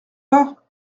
pas